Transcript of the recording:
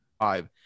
five